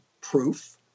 proof